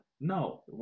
No